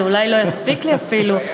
זה אולי לא יספיק לי אפילו.